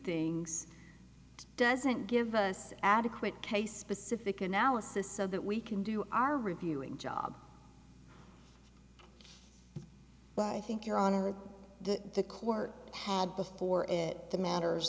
things doesn't give us adequate case specific analysis so that we can do our reviewing job but i think your honor the the court had before the matters